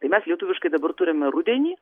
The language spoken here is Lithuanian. tai mes lietuviškai dabar turim rudenį